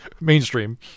Mainstream